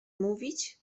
mówić